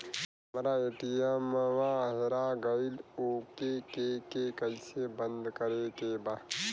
हमरा ए.टी.एम वा हेरा गइल ओ के के कैसे बंद करे के बा?